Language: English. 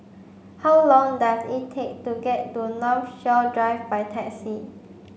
how long does it take to get to Northshore Drive by taxi